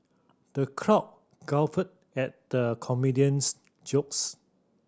the crowd guffawed at the comedian's jokes